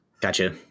Gotcha